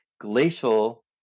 glacial